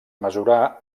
mesurar